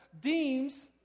deems